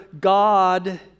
God